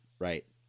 Right